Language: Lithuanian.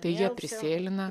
tai jie prisėlina